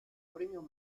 premios